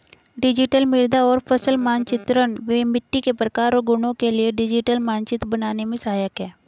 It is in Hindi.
डिजिटल मृदा और फसल मानचित्रण मिट्टी के प्रकार और गुणों के लिए डिजिटल मानचित्र बनाने में सहायक है